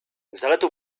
zaletą